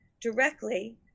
directly